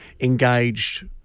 engaged